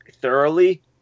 thoroughly